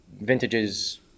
vintages